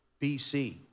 BC